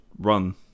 run